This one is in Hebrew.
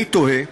אני תוהה: